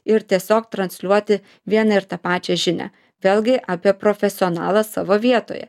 ir tiesiog transliuoti vieną ir tą pačią žinią vėlgi apie profesionalą savo vietoje